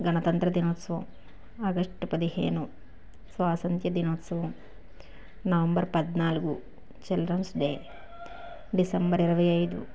గణతంత్ర దినోత్సవం ఆగష్టు పదిహేను స్వాస్యంత దినోత్సవం నవంబర్ పద్నాలుగు చిల్డ్రన్స్ డే డిసెంబర్ ఇరవై ఐదు